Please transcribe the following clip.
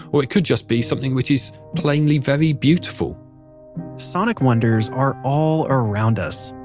or it could just be something which is plainly very beautiful sonic wonders are all around us,